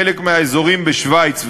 בחלק מהאזורים בשווייץ ועוד,